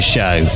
Show